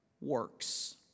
works